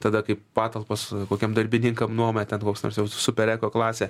tada kaip patalpas kokiam darbininkam nuomą ten koks nors jau super eko klasė